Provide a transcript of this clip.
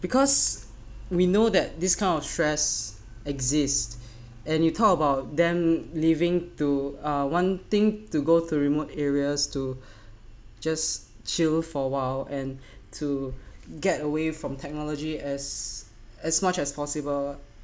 because we know that this kind of stress exist and you talk about them leaving to are wanting to go to remote areas to just chill for awhile and to get away from technology as as much as possible